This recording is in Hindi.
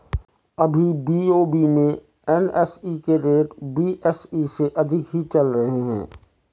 अभी बी.ओ.बी में एन.एस.ई के रेट बी.एस.ई से अधिक ही चल रहे हैं